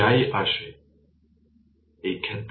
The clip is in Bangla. তাই যাই আসে